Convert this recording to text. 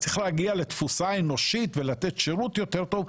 צריך להגיע לתפוסה אנושית ולתת שירות יותר טוב.